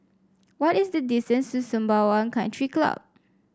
what is the distance to Sembawang Country Club